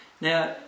Now